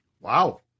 Wow